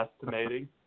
estimating